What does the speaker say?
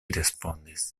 respondis